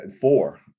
four